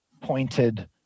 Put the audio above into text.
pointed